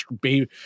baby